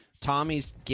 Tommy's